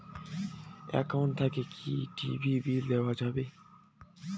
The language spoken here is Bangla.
একাউন্ট থাকি কি টি.ভি বিল দেওয়া যাবে?